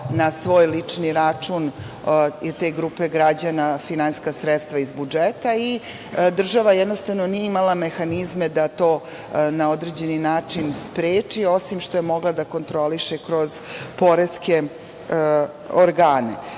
na svoj lični račun te grupe građana finansijska sredstva iz budžeta. Država nije imala mehanizme da to na određeni način spreči, osim što je mogla da kontroliše kroz poreske organe